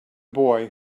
boy